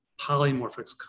polymorphic